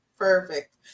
Perfect